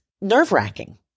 nerve-wracking